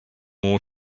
more